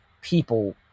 people